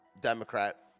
democrat